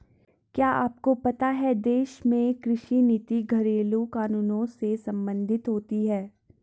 क्या आपको पता है देश में कृषि नीति घरेलु कानूनों से सम्बंधित होती है?